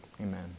Amen